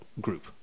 group